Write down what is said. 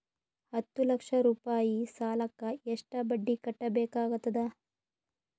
ಹತ್ತ ಲಕ್ಷ ರೂಪಾಯಿ ಸಾಲಕ್ಕ ಎಷ್ಟ ಬಡ್ಡಿ ಕಟ್ಟಬೇಕಾಗತದ?